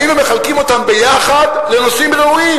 היינו מחלקים אותם ביחד לנושאים ראויים,